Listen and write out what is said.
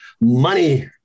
money